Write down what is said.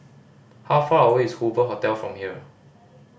how far away is Hoover Hotel from here